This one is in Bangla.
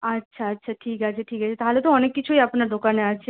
আচ্ছা আচ্ছা ঠিক আছে ঠিক আছে তাহলে তো অনেক কিছুই আপনার দোকানে আছে